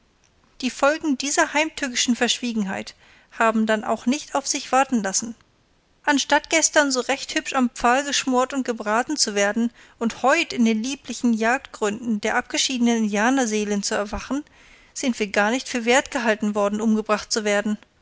die folgen dieser heimtückischen verschwiegenheit haben dann auch nicht auf sich warten lassen anstatt gestern so recht hübsch am pfahl geschmort und gebraten zu werden und heut in den lieblichen jagdgründen der abgeschiedenen indianerseelen zu erwachen sind wir gar nicht für wert gehalten worden umgebracht zu werden